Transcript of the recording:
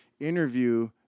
Interview